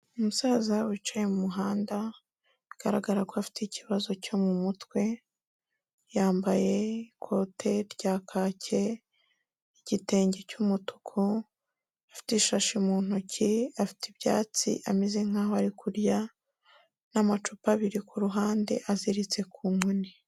Umusaza wicaye mu muhanda bigaragara ko afite ikibazo cyo mu mutwe, yambaye ikote rya kake, igitenge cy'umutuku, afite ishashi mu ntoki, afite ibyatsi ameze nk'aho ari kurya, n'amacupa abiri ku ruhande aziritse ku nkoni.